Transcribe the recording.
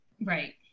Right